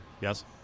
Yes